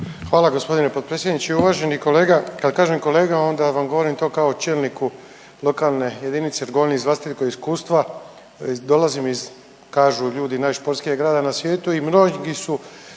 Hvala g. potpredsjedniče. Uvaženi kolega, kad kažem kolega onda vam govorim to kao čelniku lokalne jedinice jer govorim iz vlastitog iskustva. Dolazim iz kažu ljudi najsportskijeg grada na svijetu i mnogi su